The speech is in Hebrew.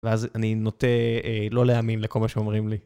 ואז אני נוטה לא להאמין לכל מה שאומרים לי.